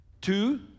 Two